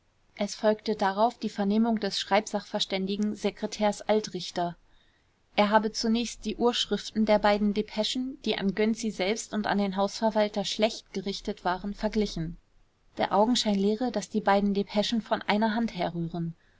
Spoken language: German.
es folgte darauf die vernehmung des schreibsachverständigen sekretärs altrichter er habe zunächst die urschriften der beiden depeschen die an gönczi selbst und an den hausverwalter schlecht gerichtet waren verglichen der augenschein lehre daß beide depeschen von einer hand herrühren